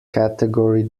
category